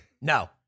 No